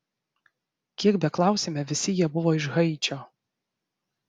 kiek beklausėme visi jie buvo iš haičio